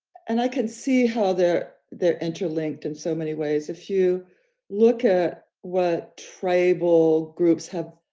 and i can see how they're, they're interlinked in so many ways, if you look at what tribal groups have,